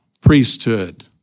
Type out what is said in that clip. priesthood